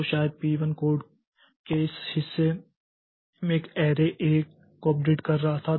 तो शायद P1 code के इस हिस्से में एक ऐरे A को अपडेट कर रहा था